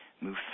move